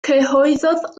cyhoeddodd